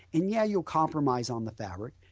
and yeah you compromise on the favorite,